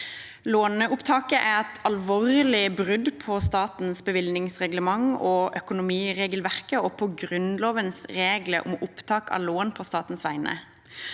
Låneopptaket er et alvorlig brudd på statens bevilgningsreglement, økonomiregelverket og på Grunnlovens regler om opptak av lån på statens vegne.